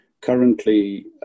Currently